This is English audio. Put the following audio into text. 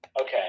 Okay